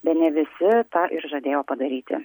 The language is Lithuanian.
bene visi tą ir žadėjo padaryti